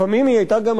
לפעמים היא היתה גם,